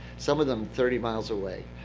some of them thirty miles away.